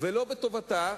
ולא בטובתה,